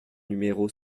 numéro